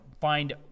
find